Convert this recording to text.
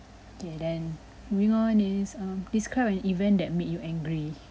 okay then moving on is um describe an event that made you angry